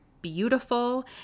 beautiful